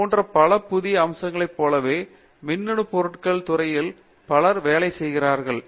இதுபோன்ற பல புதிய அம்சங்களைப் போலவே மின்னணு பொருட்கள் துறையில் பலர் வேலை செய்கின்றனர்